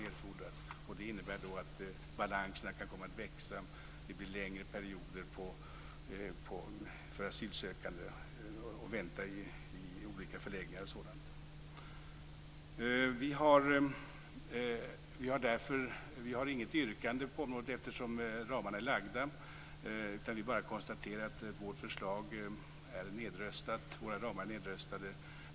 Det skulle i så fall innebära att balanserna kan komma att växa och att det blir längre vänteperioder för asylsökande i olika förläggningar och sådant. Vi har inget yrkande på det här området, eftersom ramarna är lagda. Vi bara konstaterar att vårt förslag och våra ramar är nedröstade.